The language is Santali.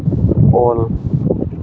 ᱚᱞ